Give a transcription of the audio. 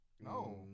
no